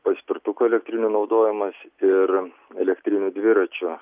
paspirtukų elektrinių naudojimas ir elektrinių dviračių